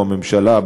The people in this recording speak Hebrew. הממשלה,